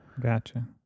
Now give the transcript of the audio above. gotcha